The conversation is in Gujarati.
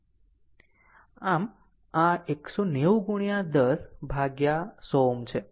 આમ આ 190 ગુણ્યા 10 વિભાજિત 100 છે